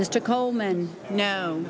mr coleman no